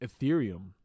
Ethereum